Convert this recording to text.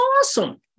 awesome